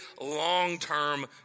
long-term